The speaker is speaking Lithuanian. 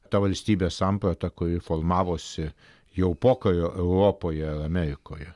ta valstybės samprata kuri formavosi jau pokario europoje amerikoje